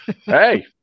hey